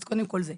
אז קודם כל זה.